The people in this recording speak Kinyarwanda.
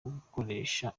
gukoresha